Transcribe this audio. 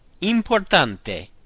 importante